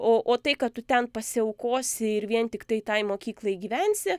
o o tai kad tu ten pasiaukosi ir vien tiktai tai mokyklai gyvensi